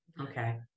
okay